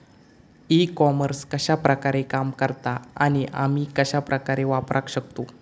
E commerce कश्या प्रकारे काम करता आणि आमी कश्या प्रकारे वापराक शकतू?